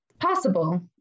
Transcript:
possible